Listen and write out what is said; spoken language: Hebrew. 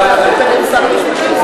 הופץ תזכיר חוק ממשרד המשפטים.